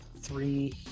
three